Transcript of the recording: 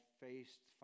faced